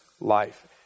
life